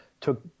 took